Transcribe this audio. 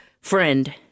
Friend